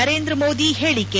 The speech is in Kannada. ನರೇಂದ್ರ ಮೋದಿ ಹೇಳಿಕೆ